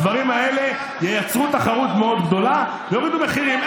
הדברים האלה ייצרו תחרות מאוד גדולה ויורידו מחירים.